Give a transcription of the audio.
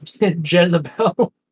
Jezebel